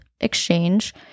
exchange